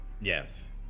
Yes